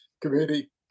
Committee